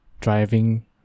driving